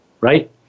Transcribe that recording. right